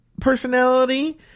personality